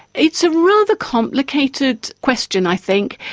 it's a rather complicated question i think.